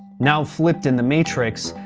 now flipped in the matrix,